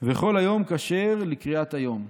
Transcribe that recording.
וכל היום כשר לקריאת היום".